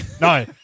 No